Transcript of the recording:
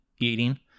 eating